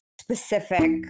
specific